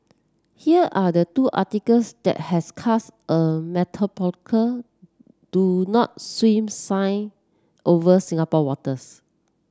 here are the two articles that has cast a metaphorical do not swim sign over Singapore waters